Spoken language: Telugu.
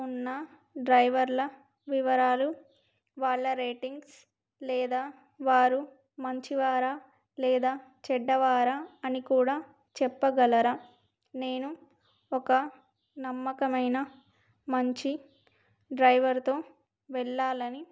ఉన్న డ్రైవర్ల వివరాలు వాళ్ళ రేటింగ్స్ లేదా వారు మంచివారా లేదా చెడ్డవారా అని కూడా చెప్పగలరా నేను ఒక నమ్మకమైన మంచి డ్రైవర్తో వెళ్ళాలి అని